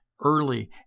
Early